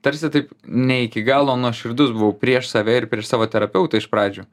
tarsi taip ne iki galo nuoširdus buvau prieš save ir prieš savo terapeutą iš pradžių